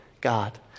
God